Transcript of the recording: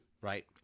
right